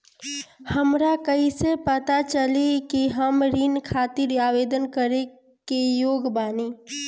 हमरा कईसे पता चली कि हम ऋण खातिर आवेदन करे के योग्य बानी?